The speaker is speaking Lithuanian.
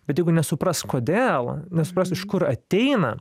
bet jeigu nesupras kodėl nesupras iš kur ateina